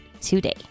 today